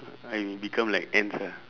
I'm become like ants ah